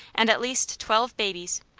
and at least twelve babies.